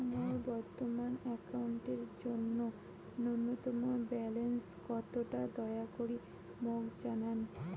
মোর বর্তমান অ্যাকাউন্টের জন্য ন্যূনতম ব্যালেন্স কত তা দয়া করি মোক জানান